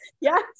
yes